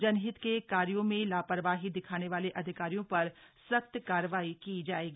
जनहित के कार्यों में लापरवाही दिखाने वाले अधिकारियों पर सख्त कारवाई की जायेगी